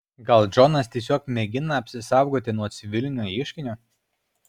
gal džonas tiesiog mėgina apsisaugoti nuo civilinio ieškinio